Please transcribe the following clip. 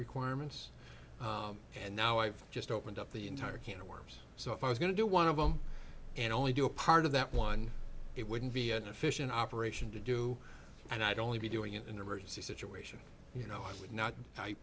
requirements and now i've just opened up the entire can of worms so if i was going to do one of them and only do a part of that one it wouldn't be an efficient operation to do and i don't mean be doing it in an emergency situation you know i would not i